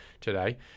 today